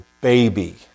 baby